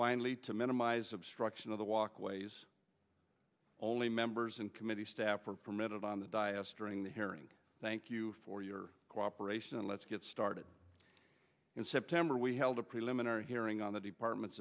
finally to minimize obstruction of the walkways only members and committee staff are permitted on the dyess during the hearing thank you for your cooperation let's get started in september we held a preliminary hearing on the department